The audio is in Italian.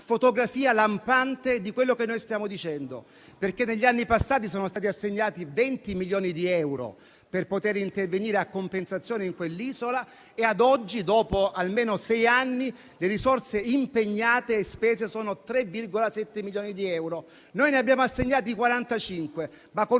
fotografia lampante di quello che noi stiamo dicendo. Negli anni passati sono stati assegnati venti milioni di euro per intervenire a compensazione in quell'isola e ad oggi, dopo almeno sei anni, le risorse impegnate e spese sono pari a 3,7 milioni di euro. Noi ne abbiamo assegnati 45, ma con